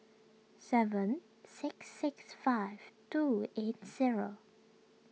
seven six six five two eight zero